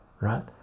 Right